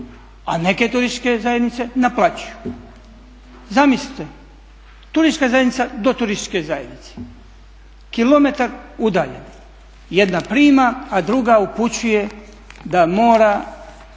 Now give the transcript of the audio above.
a neke turističke zajednice naplaćuju? Zamislite turistička zajednica do turističke zajednice, kilometar udaljene, jedna prima, a druga upućuje da mora